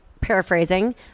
paraphrasing